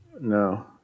no